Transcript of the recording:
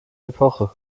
epoche